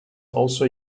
also